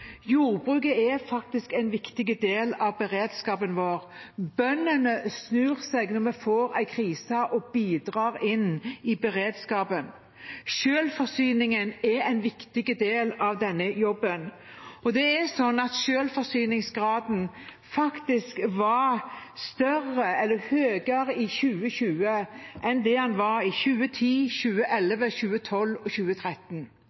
Jordbruket er faktisk en viktig del av beredskapen vår. Bøndene snur seg når vi får en krise, og bidrar inn i beredskapen. Selvforsyningen er en viktig del av denne jobben. Selvforsyningsgraden var faktisk høyere i 2020 enn i 2010–2013. Så vi må ikke beskrive det